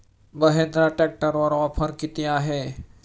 महिंद्रा ट्रॅक्टरवर ऑफर किती आहे?